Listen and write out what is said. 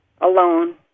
alone